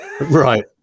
Right